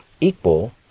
equal